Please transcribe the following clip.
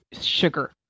sugar